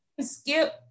skip